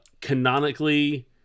canonically